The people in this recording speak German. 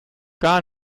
gar